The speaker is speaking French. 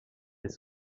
est